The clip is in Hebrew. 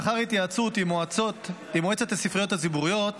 לאחר התייעצות עם מועצת הספריות הציבוריות,